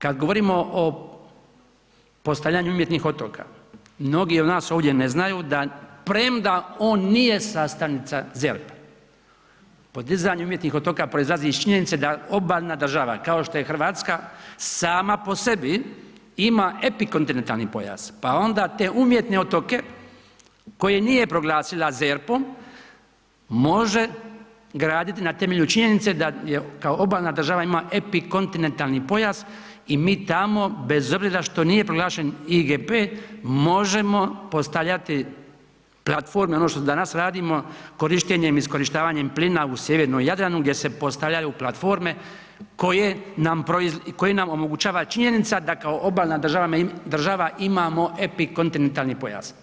Međutim, kad govorimo o postavljanju umjetnih otoka, mnogi od nas ovdje ne znaju da premda on nije sastavnica ZERP-a podizanje umjetnih otoka proizlazi iz činjenice da obalna država kao što je Hrvatska sama po sebi ima epikontinentalni pojas pa onda te umjetne otoke koje nije proglasila ZERP-om može graditi na temelju činjenice da kao obalna država ima epikontinentalni pojas i mi tamo bez obzira što nije proglašen IGP možemo postavljati platforme i ono što danas radimo korištenjem, iskorištavanjem plina u sjevernom Jadranu gdje se postavljaju platforme koje nam omogućava činjenica da kao obalna država imamo epikontinentalni pojas.